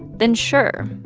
then sure,